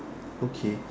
okay